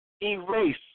erase